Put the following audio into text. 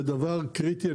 זה דבר קריטי.